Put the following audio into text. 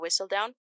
Whistledown